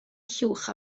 llwch